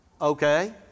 okay